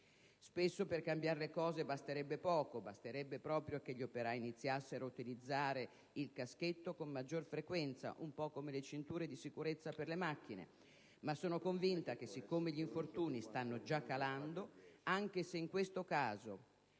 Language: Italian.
Spesso, per cambiare le cose, basterebbe poco. Basterebbe che gli operai iniziassero a utilizzare il caschetto con maggiore frequenza - come le cinture di sicurezza per le macchine - nei cantieri edili. Ma sono convinta che, siccome gli infortuni stanno già calando (sebbene in questo caso